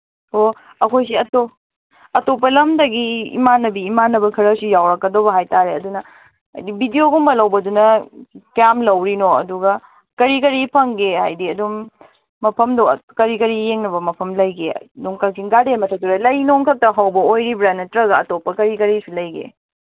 ꯑꯣ ꯑꯩꯈꯣꯏꯁꯤ ꯑꯇꯣꯞꯄ ꯂꯝꯗꯒꯤ ꯏꯃꯥꯟꯅꯕꯤ ꯏꯃꯥꯟꯅꯕ ꯈꯔꯁꯨ ꯌꯥꯎꯔꯛꯀꯗꯧꯕ ꯍꯥꯏ ꯇꯥꯔꯦ ꯑꯗꯨꯅ ꯍꯥꯏꯗꯤ ꯚꯤꯗꯤꯌꯣꯒꯨꯝꯕ ꯂꯧꯕꯗꯨꯅ ꯀꯌꯥꯝ ꯂꯧꯋꯤꯅꯣ ꯑꯗꯨꯒ ꯀꯔꯤ ꯀꯔꯤ ꯐꯪꯒꯦ ꯍꯥꯏꯗꯤ ꯑꯗꯨꯝ ꯃꯐꯝꯗꯣ ꯀꯔꯤ ꯀꯔꯤ ꯌꯦꯡꯅꯕ ꯃꯐꯝ ꯂꯩꯒꯦ ꯑꯗꯨꯝ ꯀꯛꯆꯤꯡ ꯒꯥꯔꯗꯦꯟ ꯃꯊꯛꯇꯨꯗ ꯂꯩ ꯅꯨꯡ ꯈꯛꯇ ꯍꯧꯕ ꯑꯣꯏꯔꯤꯕ꯭ꯔꯥ ꯅꯠꯇ꯭ꯔꯒ ꯑꯇꯣꯞꯄ ꯀꯔꯤ ꯀꯔꯤꯁꯨ ꯂꯩꯒꯦ